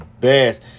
best